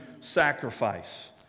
sacrifice